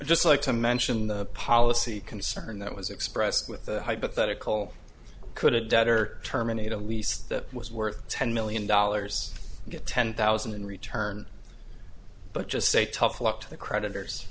just like to mention the policy concern that was expressed with a hypothetical could a debtor terminate a lease that was worth ten million dollars get ten thousand and return but just say tough luck to the creditors